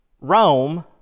Rome